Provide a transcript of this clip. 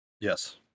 yes